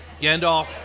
Gandalf